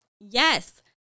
Yes